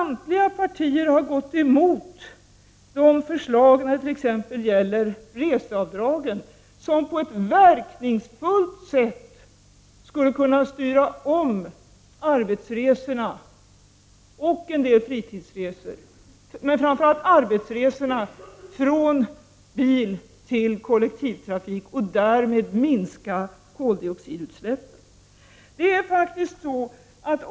Samtliga partier har gått emot de förslag som gäller reseavdragen, vilka på ett verkningsfullt sätt skulle kunna styra över framför allt arbetsresorna, men också en del fritidsresor, från bil till kollektivtrafik och därmed minska koldioxidutsläppen.